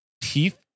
Teeth